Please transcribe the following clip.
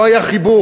לא היה חיבור.